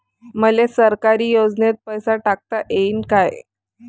मले सरकारी योजतेन पैसा टाकता येईन काय?